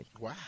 Wow